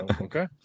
Okay